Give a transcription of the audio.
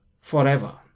forever